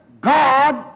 God